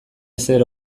ezer